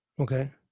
Okay